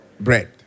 Bread